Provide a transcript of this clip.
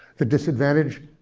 the disadvantage,